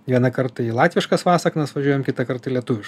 vieną kartą į latviškas vasaknas važiuojam kitą kartą į lietuviškas